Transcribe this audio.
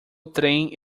trem